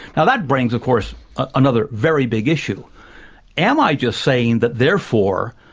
now that brings of course another very big issue am i just saying that therefore,